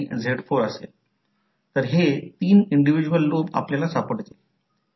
तर करंट कॉइलला या दिशेने पकडतो आणि हा फ्लक्स आहे ही फ्लक्सची दिशा आहे